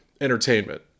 entertainment